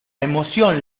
emoción